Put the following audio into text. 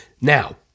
Now